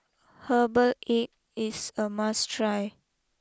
Herbal Egg is a must try